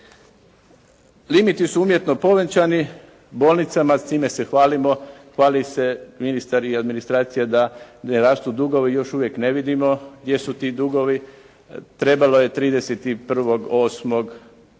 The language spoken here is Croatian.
Limiti su umjetno povećani bolnicama, s time se hvalimo. Hvali se ministar i administracija da ne rastu dugovi, još uvijek ne vidimo gdje su ti dugovi. Trebalo je 31.8. reći